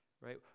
right